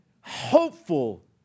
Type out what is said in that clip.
hopeful